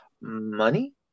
money